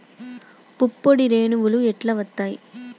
పుప్పొడి రేణువులు ఎట్లా వత్తయ్?